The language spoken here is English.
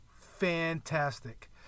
fantastic